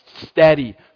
Steady